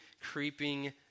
creeping